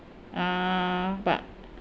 uh but